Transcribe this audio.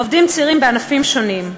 עובדים צעירים בענפים שונים.